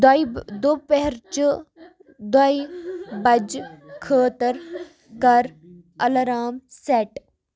دۄیہِ دُپہرچِہ دۄیِہ بجہٕ خٲطرٕ کر الارام سیٹ